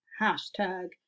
hashtag